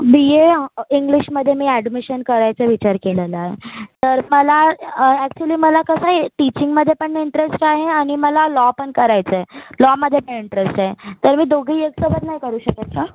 बी A इंग्लिशमध्ये मी admission करायचा विचार केलेला आहे तर मला ॲक्चुअली मला कसं आहे टीचिंगमध्ये पण इंटरेस्ट आहे आणि मला लॉ पण करायचं आहे लॉमध्ये पण इंटरेस्ट आहे तर मी दोघेही एक सोबत नाही करू शकत का